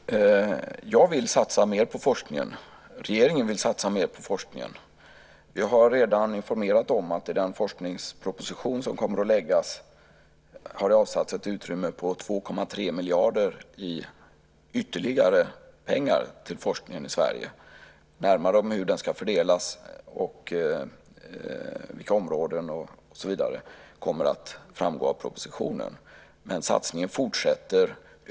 Fru talman! Jag vill satsa mer på forskningen. Regeringen vill satsa mer på forskningen. Vi har redan informerat om att det i den forskningsproposition som kommer att läggas fram har avsatts ett utrymme på 2,3 miljarder i ytterligare pengar till forskningen i Sverige. Närmare om hur detta ska fördelas och vilka områden det gäller och så vidare kommer att framgå av propositionen, men satsningen fortsätter.